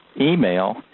email